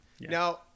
Now